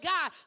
God